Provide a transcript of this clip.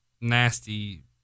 nasty